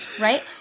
right